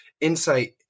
insight